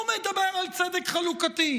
הוא מדבר על צדק חלוקתי,